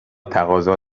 تقاضا